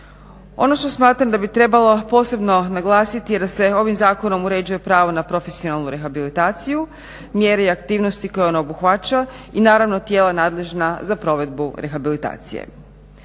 Ono što smatram da bi trebalo posebno naglasiti je da se ovim zakonom uređuje pravo na profesionalnu rehabilitaciju, mjere i aktivnosti koje ona obuhvaća i naravno tijela nadležna za provedbu rehabilitacije.